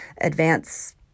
advance